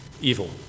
evil